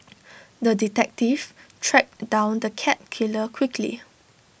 the detective tracked down the cat killer quickly